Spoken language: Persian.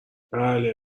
بله